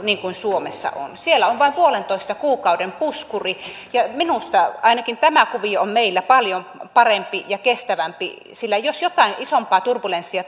niin kuin suomessa on siellä on vain puolentoista kuukauden puskuri ja minusta ainakin tämä kuvio on meillä paljon parempi ja kestävämpi sillä jos jotain isompaa turbulenssia